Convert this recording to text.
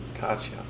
Gotcha